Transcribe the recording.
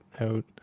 out